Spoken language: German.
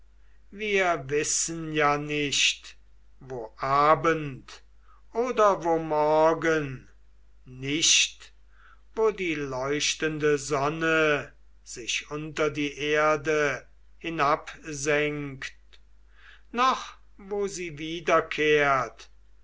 wir wissen ja nicht wo abend oder wo morgen nicht wo die leuchtende sonne sich unter die erde hinabsenkt noch wo sie wiederkehrt